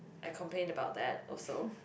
I complained about that also